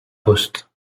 poste